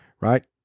right